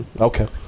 Okay